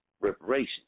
reparations